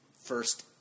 first